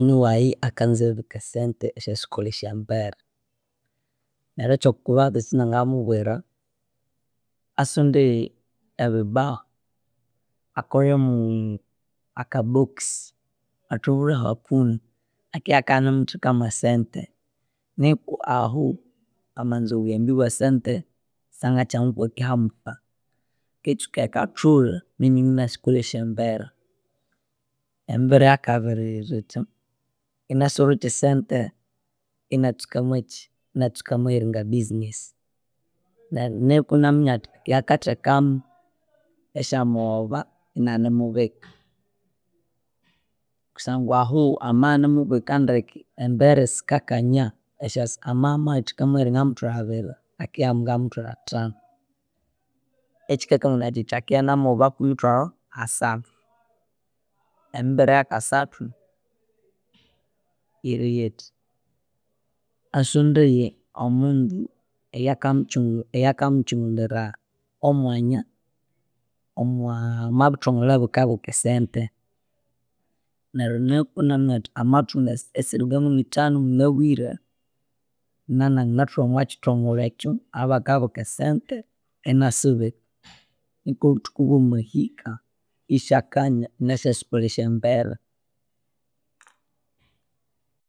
Munyonyi wayi akanza eribika sente esyerisikolesya embere neryu ekyokubanza ekyananga mubwira asondeye ebibahu, akolemu akabox, athobolhe hakuna, akianemutheka he sente niku ahu amanza obuyambi bwesente sangakkyama kwakihamu pa. Kitsuka ikathulha ninasikolesya embere. Emibere yakabiri yiri yithi, inasorokya esente inatsuka mwekyi, inatsuka mweyiringa business, neryu niku anaminya athi akiakathekamu esyamaghoba inanimubika. Kusangwa hu ama inanimubika ndeke embere sikakanya esyase amabya imwatheka mwamuthwalu abiri akiha mwa muthwalu athanu ekyikakanganaya kyithi akia namaghoba mwa mithwalu asathu. Emibere yakasathu yiriyithi asondaye omundu ayakamukyu ayakamukyungulira omwanya omwa bithongole ebikabika esente neryu niku inaminyathi amathuma esiri ngangumithanu munabwire nananganathuma omwakyithongole ekyu ahabakabika sente inasibika nikobuthuku bwamahika isyakanya nasyasikolesya embere